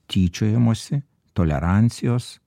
tyčiojimosi tolerancijos